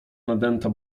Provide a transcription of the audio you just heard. nadęta